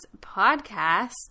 podcast